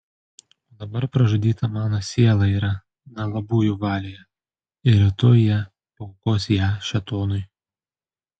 o dabar pražudyta mano siela yra nelabųjų valioje ir rytoj jie paaukos ją šėtonui